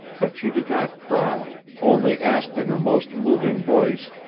but she did not cry, only asked in her most moving voice,